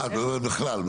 אה, את מדברת בכלל.